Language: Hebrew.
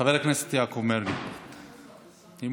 חבר הכנסת יעקב מרגי, בבקשה, אדוני.